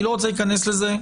אני לא רוצה להיכנס לזה.